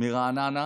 מרעננה,